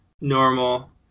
normal